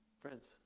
Friends